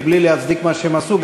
מבלי להצדיק מה שהם עשו,